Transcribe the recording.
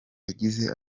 yagize